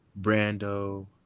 brando